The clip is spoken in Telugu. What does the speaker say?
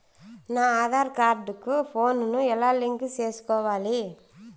నా ఆధార్ కార్డు కు ఫోను ను ఎలా లింకు సేసుకోవాలి?